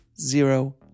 zero